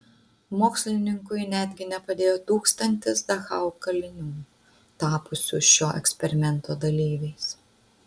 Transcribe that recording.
mokslininkui netgi nepadėjo tūkstantis dachau kalinių tapusių šio eksperimento dalyviais